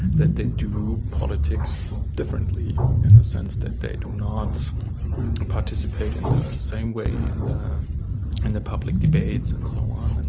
that they do politics differently in the sense that they do not participate in the same way in the in the public debates and so on. and